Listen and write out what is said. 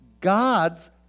God's